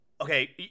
Okay